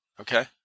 Okay